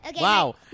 Wow